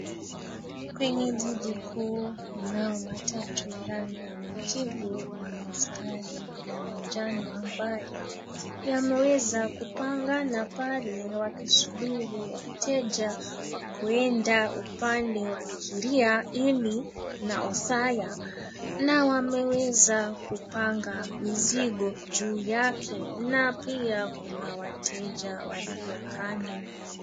Kwenye jiji kuu, kunao matatu rangi ya majivu na mistari ya manjano ambayo, yameweza kupangana pale wakisubiri wateja wa kwenda upande wa Kiria-ini na Othaya, na wameweza kupanga mizigo juu yake, na pia kuna wateja walio kando.